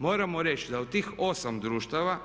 Moramo reći da u tih 8 društava